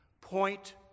point